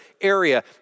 area